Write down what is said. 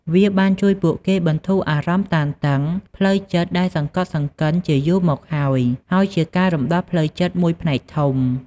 វាបានជួយពួកគេ បន្ធូរអារម្មណ៍តានតឹង ផ្លូវចិត្តដែលសង្កត់សង្កិនជាយូរមកហើយ ហើយជាការរំដោះផ្លូវចិត្តមួយផ្នែកធំ ។